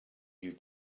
you